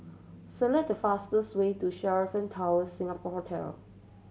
select the fastest way to Sheraton Towers Singapore Hotel